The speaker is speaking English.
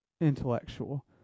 intellectual